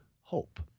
hope